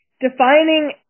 Defining